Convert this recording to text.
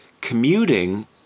Commuting